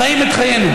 חיים את חיינו.